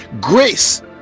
grace